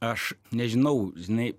aš nežinau žinai